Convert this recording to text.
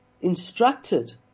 instructed